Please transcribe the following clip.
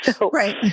Right